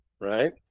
Right